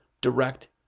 direct